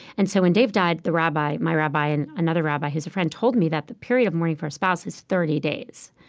and so when dave died, the rabbi my rabbi and another rabbi who's a friend told me that the period of mourning for a spouse is thirty days.